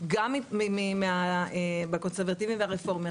גם בקונסרבטיבים והרפורמים.